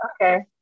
okay